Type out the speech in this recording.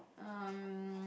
um